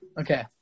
Okay